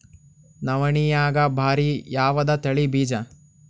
ನವಣಿಯಾಗ ಭಾರಿ ಯಾವದ ತಳಿ ಬೀಜ?